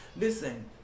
Listen